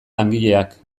langileak